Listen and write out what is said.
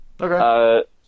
Okay